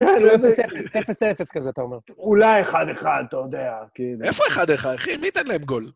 אין 0:0, 0-0 כזה אתה אומר. אולי 1-1, אתה יודע, כי... איפה 1-1, אחי? מי יתן להם גול?